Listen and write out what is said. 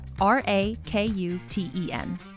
R-A-K-U-T-E-N